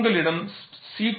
உங்களிடம் CT